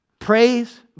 Praise